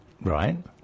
Right